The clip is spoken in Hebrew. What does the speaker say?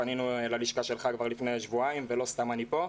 פנינו ללשכה שלך כבר לפני שבועיים ולא סתם אני פה.